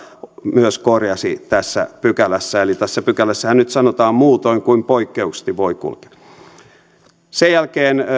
myös korjasi tässä pykälässä eli tässä pykälässähän nyt sanotaan muutoin kuin poikkeuksellisesti voi kulkeutua sen jälkeen